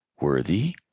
worthy